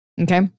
okay